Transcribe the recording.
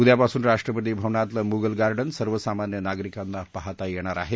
उद्यापासून राष्ट्रपती भवनातलं मुगल गार्डन सर्वसामान्य नागरिकांना पाहाता येणार आहे